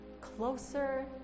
closer